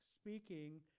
speaking